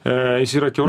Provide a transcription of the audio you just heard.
e jis yra kiaura